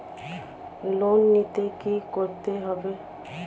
Loan নিতে কী করতে হবে?